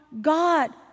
God